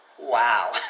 wow